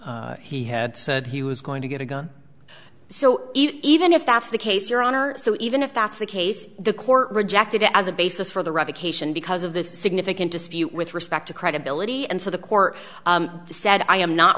that he had said he was going to get a gun so even if that's the case your honor so even if that's the case the court rejected as a basis for the revocation because of the significant dispute with respect to credibility and so the court said i am not